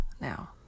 now